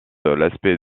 l’aspect